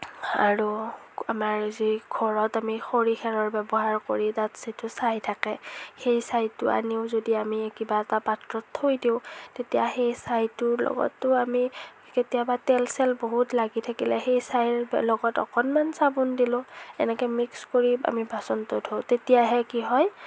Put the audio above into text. আৰু আমাৰ যি ঘৰত আমি খৰি খেৰৰ ব্যৱহাৰ কৰি তাত যিটো ছাই থাকে সেই ছাইটো আনিও যদি আমি কিবা এটা পাত্ৰত থৈ দিওঁ তেতিয়া সেই ছাইটোৰ লগতো আমি কেতিয়াবা তেল চেল বহুত লাগি থাকিলে সেই ছাইৰ লগত অকণমান চাবোন দিলোঁ এনেকৈ মিক্স কৰি আমি বাচনটো ধোওঁ তেতিয়াহে কি হয়